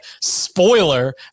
Spoiler